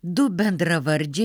du bendravardžiai